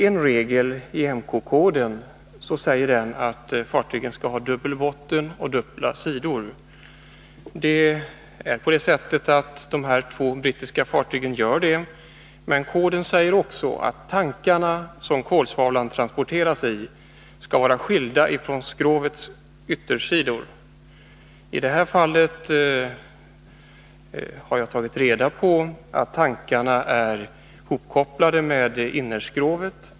En regel i IMCO-koden säger att fartygen skall ha dubbla bottnar och dubbla sidor. De två aktuella brittiska fartygen har det. Men koden säger också att tankarna, som kolsvavlan transporteras i, skall vara skilda från skrovets yttersidor. Jag har tagit reda på att tankarna i det här fallet är hopkopplade med innerskrovet.